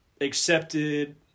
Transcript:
accepted